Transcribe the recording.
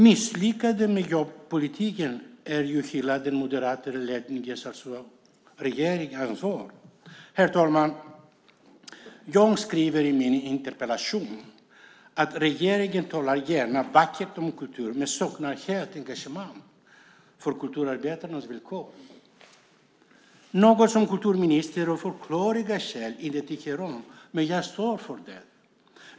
Misslyckandet med jobbpolitiken är ju hela den moderatledda regeringens ansvar. Herr talman! Jag skriver i min interpellation att regeringen gärna talar vackert om kultur men helt saknar engagemang för kulturarbetarnas villkor, något som kulturministern av förklarliga skäl inte tycker om, men jag står för det.